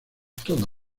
todo